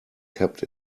kept